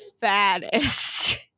fattest